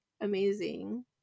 amazing